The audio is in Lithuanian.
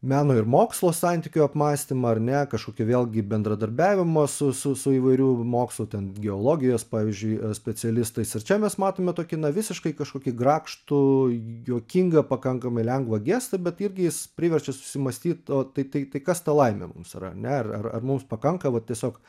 meno ir mokslo santykių apmąstymą ar ne kažkokio vėlgi bendradarbiavimo su su įvairių mokslų ten geologijos pavyzdžiui specialistais ir čia mes matome tokį na visiškai kažkokį grakštų juokingą pakankamai lengvą gestą bet irgi jis priverčia susimąstyt o tai tai kas ta laimė mums yra ne ar ar mums pakanka vat tiesiog